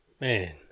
Man